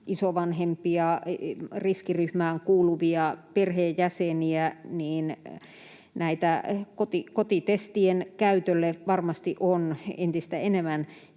isovanhempia, riskiryhmään kuuluvia perheenjäseniä, niin kotitestien käytölle varmasti on entistä enemmän